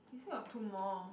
we still got two more